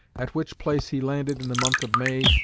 at which place he landed in the month of may,